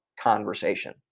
conversation